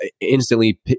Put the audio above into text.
instantly